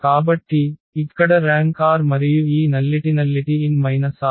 కాబట్టి ఇక్కడ rank r మరియు ఈ నల్లిటి n r